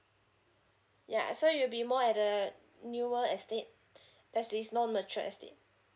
yeah and so you will be more at the newer estate there's this more mature estate